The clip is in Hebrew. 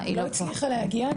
היא לא הצליחה להגיע,